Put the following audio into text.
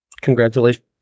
Congratulations